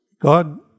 God